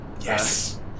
Yes